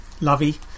lovey